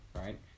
right